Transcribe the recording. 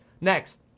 Next